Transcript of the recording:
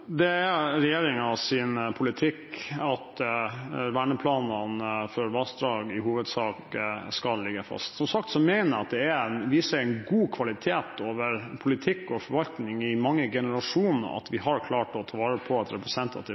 det gjelder flom å gjøre? Det er regjeringens politikk at verneplanene for vassdrag i hovedsak skal ligge fast. Som sagt mener jeg det er og viser en god kvalitet over politikk og forvaltning i mange generasjoner at vi har klart å ta vare på et representativt